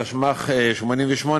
התשמ"ח 1988,